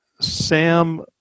Sam